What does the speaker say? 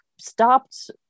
stopped